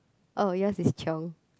oh yours is chiong